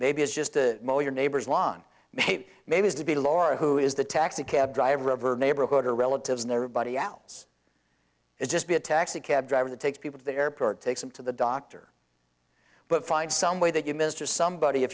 maybe it's just the your neighbor's lawn maybe maybe is to be laura who is the taxi cab driver river neighborhood or relatives and everybody else is just be a taxi cab driver that takes people to the airport takes them to the doctor but find some way that you mr somebody if